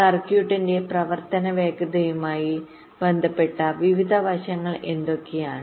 സർക്യൂട്ടിന്റെ പ്രവർത്തന വേഗതയുമായി ബന്ധപ്പെട്ട വിവിധ വശങ്ങൾ എന്തൊക്കെയാണ്